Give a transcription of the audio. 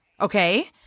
okay